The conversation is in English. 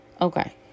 Okay